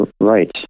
Right